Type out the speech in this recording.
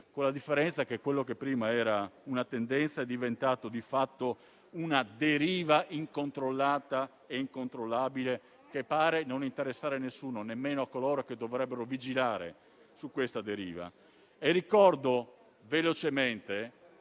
con la differenza che quella che prima era una tendenza è diventata di fatto una deriva incontrollata e incontrollabile, che pare non interessare nessuno, nemmeno coloro che dovrebbero vigilare su tale deriva. Ricordo velocemente